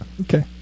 Okay